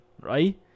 right